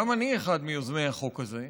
גם אני אחד מיוזמי החוק הזה.